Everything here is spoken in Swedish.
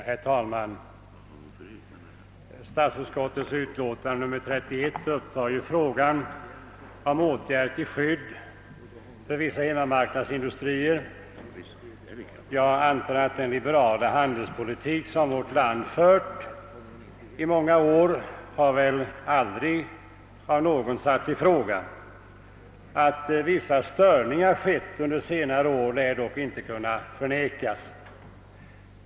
Herr talman! Statsutskottets utlåtande nr 31 upptar frågan om åtgärder till skydd för vissa hemmamarknadsindustrier. Jag antar att den liberala handelspolitik som vårt land har fört under många år aldrig satts i fråga av någon. Att vissa störningar förekommit under senare år lär dock inte kunna förnekas.